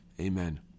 Amen